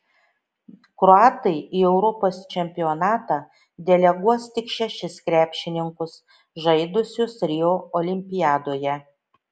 kroatai į europos čempionatą deleguos tik šešis krepšininkus žaidusius rio olimpiadoje